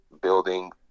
building